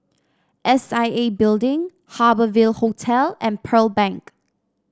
S I A Building Harbour Ville Hotel and Pearl Bank